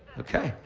okay?